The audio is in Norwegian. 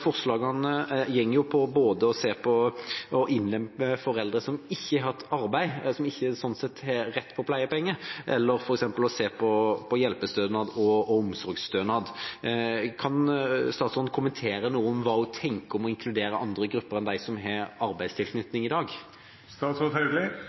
forslagene handler om å se på å innlemme foreldre som ikke har hatt arbeid, og som slik sett ikke har rett på pleiepenger, eller f.eks. å se på hjelpestønad og omsorgsstønad. Kan statsråden kommentere hva hun tenker om å inkludere andre grupper enn dem som har